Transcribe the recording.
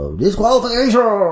disqualification